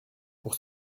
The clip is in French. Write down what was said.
pour